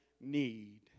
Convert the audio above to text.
need